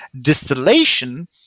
Distillation